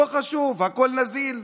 לא חשוב, הכול נזיל,